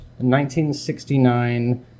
1969